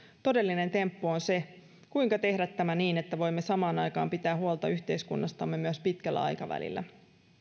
todellinen temppu on se kuinka tehdä tämä niin että voimme samaan aikaan pitää huolta yhteiskunnastamme myös pitkällä aikavälillä